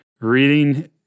reading